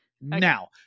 now